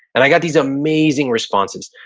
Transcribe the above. and i got these amazing responses.